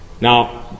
Now